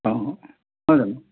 অঁ নহয় জানো